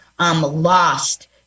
Lost